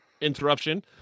Interruption